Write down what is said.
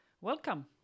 welcome